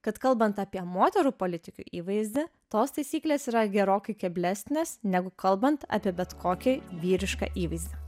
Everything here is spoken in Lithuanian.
kad kalbant apie moterų politikių įvaizdį tos taisyklės yra gerokai keblesnės negu kalbant apie bet kokį vyrišką įvaizdį